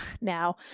now